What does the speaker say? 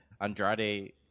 Andrade